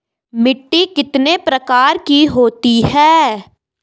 मिट्टी कितने प्रकार की होती है?